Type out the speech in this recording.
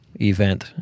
event